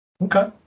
Okay